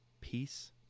peace